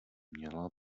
měla